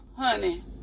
Honey